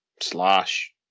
slash